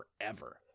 forever